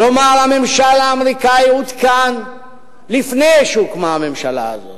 כלומר הממשל האמריקני עודכן לפני שהוקמה הממשלה הזאת.